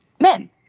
men